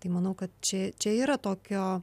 tai manau kad čia čia yra tokio